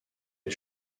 les